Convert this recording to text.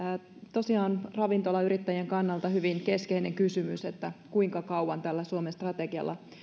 tosiaan ravintolayrittäjien kannalta hyvin keskeinen kysymys on kuinka kauan tällä suomen strategialla